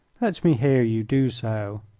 let me hear you do so.